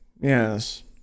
Yes